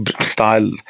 style